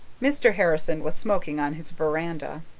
mr. harrison was smoking on his veranda.